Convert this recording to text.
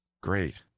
Great